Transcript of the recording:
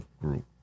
group